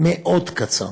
מאוד קצר.